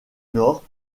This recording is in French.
nord